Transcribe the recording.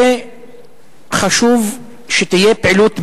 חשוב שתהיה פעילות בין-לאומית,